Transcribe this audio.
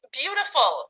beautiful